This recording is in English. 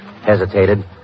hesitated